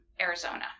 Arizona